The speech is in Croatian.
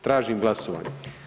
Tražim glasovanje.